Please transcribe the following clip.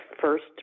first